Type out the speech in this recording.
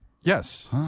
Yes